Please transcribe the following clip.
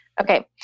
Okay